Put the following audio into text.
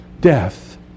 death